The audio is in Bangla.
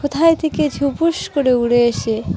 কোথায় থেকে ঝুপুস করে উড়ে এসে